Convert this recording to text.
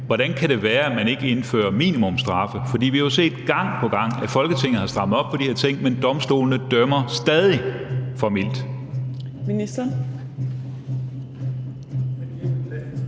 Hvordan kan det være, at man ikke indfører minimumsstraffe? For vi har jo set gang på gang, at Folketinget har strammet op på de her ting, men domstolene dømmer stadig for mildt.